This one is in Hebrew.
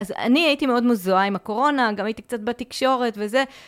אז אני הייתי מאוד מזוהה עם הקורונה, גם הייתי קצת בתקשורת וזה.